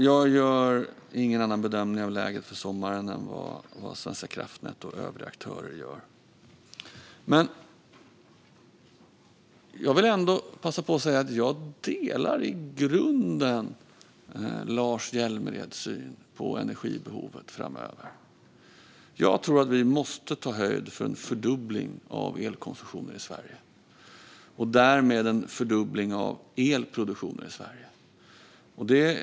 Jag gör ingen annan bedömning av läget inför sommaren än vad Svenska kraftnät och övriga aktörer gör. Jag vill ändå passa på att säga att jag i grunden delar Lars Hjälmereds syn på energibehovet framöver. Jag tror att vi måste ta höjd för en fördubbling av elkonsumtionen i Sverige och därmed en fördubbling av elproduktionen i Sverige.